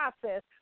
process